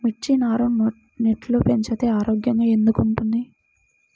మిర్చి నారు నెట్లో పెంచితే ఆరోగ్యంగా ఎందుకు ఉంటుంది?